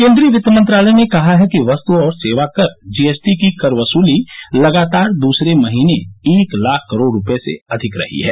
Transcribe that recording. केन्द्रीय वित्त मंत्रालय ने कहा है कि वस्तु और सेवा कर जीएसटी की कर वसूली लगातार दूसरे महीने एक लाख करोड़ रुपये से अधिक रही है